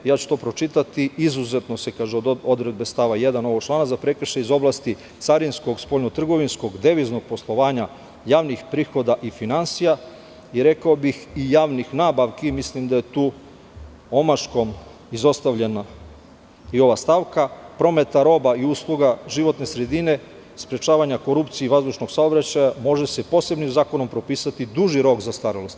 Ja ću to pročitati – izuzetno se od odredbe stava 1. ovog člana za prekršaj iz oblasti carinskog, spoljnotrgovinskog, deviznog poslovanja, javnih prihoda i finansija i rekao bih i javnih nabavki i mislim da je tu omaškom izostavljena i ova stavka, prometa roba i usluga životne sredine, sprečavanja korupcije i vazdušnog saobraćaja, može se posebnim zakonom propisati duži rok zastarelosti.